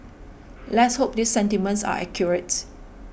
let's hope this sentiments are accurate